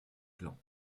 clans